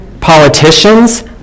Politicians